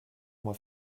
moi